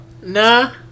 Nah